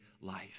life